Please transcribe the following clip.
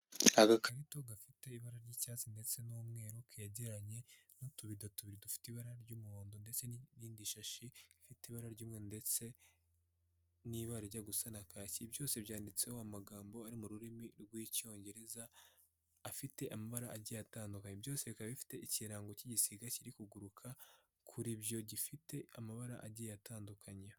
Agakarito gafite ibara ry'icyatsi ndetse n'umweru kegeranye n'utuvido dufite ibara ry'umuhondo ndetse n'indi shashi ifite ibara ry'umweru ndetse n'ibara rijya gusa n'pasi byose byanditseho amagambo ari mu rurimi rw'Icyongereza afite amabara agiye atandukanye byose bikaba bifite ikirango cy'igisiga kiri kuguruka urebye gifite amabara agiye atandukanye.